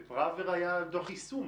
ודוח פראוור דוח יישום.